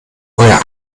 euer